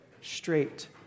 straight